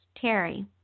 Terry